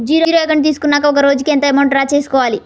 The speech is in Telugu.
జీరో అకౌంట్ తీసుకున్నాక ఒక రోజుకి ఎంత అమౌంట్ డ్రా చేసుకోవాలి?